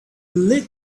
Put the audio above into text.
lit